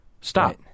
Stop